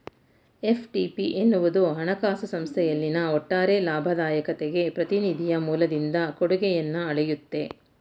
FTP ಎನ್ನುವುದು ಹಣಕಾಸು ಸಂಸ್ಥೆಯಲ್ಲಿನ ಒಟ್ಟಾರೆ ಲಾಭದಾಯಕತೆಗೆ ಪ್ರತಿನಿಧಿಯ ಮೂಲದಿಂದ ಕೊಡುಗೆಯನ್ನ ಅಳೆಯುತ್ತೆ